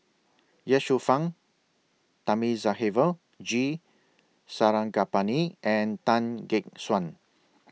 Ye Shufang Thamizhavel G Sarangapani and Tan Gek Suan